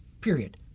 period